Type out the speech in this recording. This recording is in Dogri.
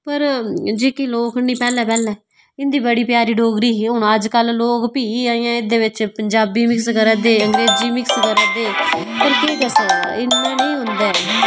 पर जेहके लोग नी पैह्ले पैह्ले इं'दी बड़ी प्यारी डोगरी ही हून अज्जकल लोग भी ऐहियें एह्दे बिच पंजाबी मिक्स करा दे अंगरेजी मिक्स करा दे पर केह् करी सकदा इ'यां नेईं होंदा ऐ